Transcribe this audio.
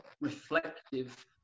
reflective